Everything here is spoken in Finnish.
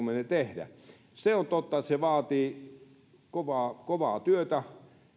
tehdä se on totta että se vaatii kovaa työtä